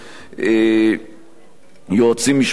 יועצים משפטיים,